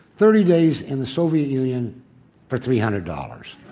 thirty days in the soviet union for three hundred dollars.